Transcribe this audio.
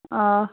ꯑꯥ